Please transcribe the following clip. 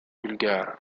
bulgares